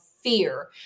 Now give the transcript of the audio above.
fear